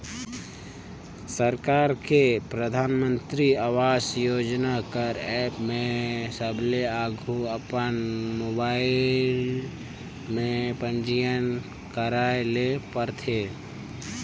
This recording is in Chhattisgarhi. सरकार के परधानमंतरी आवास योजना कर एप में सबले आघु अपन मोबाइल में पंजीयन करे ले परथे